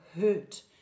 hurt